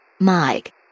Mike